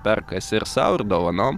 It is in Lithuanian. perkasi ir sau ir dovanom